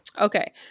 okay